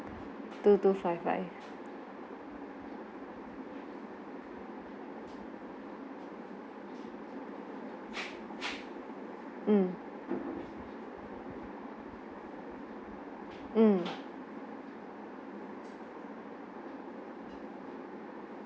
two two five five mm mm